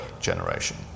generation